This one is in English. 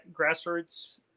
grassroots